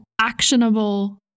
actionable